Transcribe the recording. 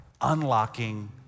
unlocking